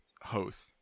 Host